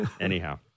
Anyhow